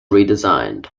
redesigned